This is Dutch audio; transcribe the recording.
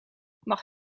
mag